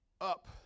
up